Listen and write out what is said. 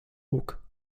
ruck